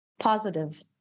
positive